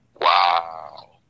Wow